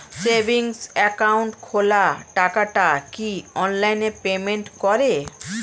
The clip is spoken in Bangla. সেভিংস একাউন্ট খোলা টাকাটা কি অনলাইনে পেমেন্ট করে?